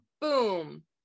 boom